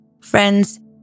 Friends